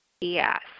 Yes